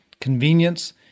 Convenience